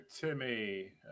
Timmy